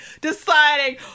deciding